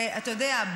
אתה יודע,